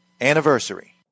anniversary